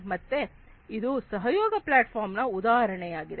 ಮತ್ತೆ ಇದು collaborative platform ನ ಉದಾಹರಣೆಯಾಗಿದೆ